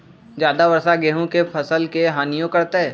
ज्यादा वर्षा गेंहू के फसल के हानियों करतै?